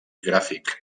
gràfic